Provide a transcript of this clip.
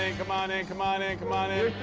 in. come on in. come on in. come on in.